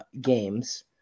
games